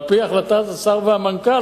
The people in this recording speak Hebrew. על-פי החלטת השר והמנכ"ל,